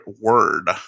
word